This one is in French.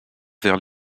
vers